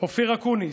אופיר אקוניס,